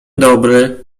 dobry